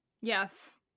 Yes